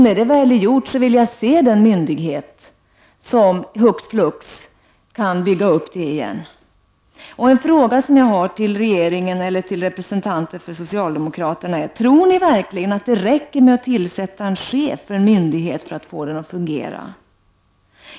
När det väl är gjort vill jag se den myndighet som hux flux kan bygga upp det igen. Jag har en fråga till regeringen eller till representanter för socialdemokraterna: Tror ni verkligen att det räcker med att tillsätta en chef för en myndighet för att få den att fungera?